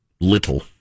Little